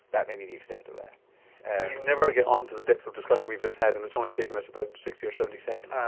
that may be the extent of that. so and you never get onto the depth of discussion we've just had and it's only taken us about sixty or seventy seconds? um